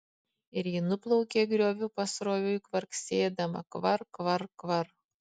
ir ji nuplaukė grioviu pasroviui kvarksėdama kvar kvar kvar